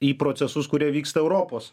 į procesus kurie vyksta europos